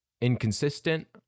inconsistent